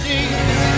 Jesus